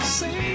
say